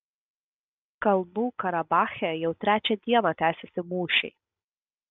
kalnų karabache jau trečią dieną tęsiasi mūšiai